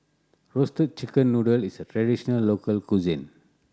Roasted Chicken Noodle is a traditional local cuisine